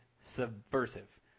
subversive